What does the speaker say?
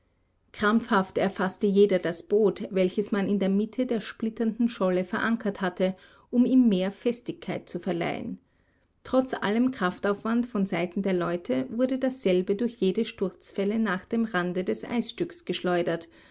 krampfhaft erfaßte jeder das boot welches man in der mitte der splitternden scholle verankert hatte um ihm mehr festigkeit zu verleihen trotz allem kraftaufwand von seiten der leute wurde dasselbe durch jede sturzwelle nach dem rande des eisstücks geschleudert